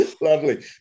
Lovely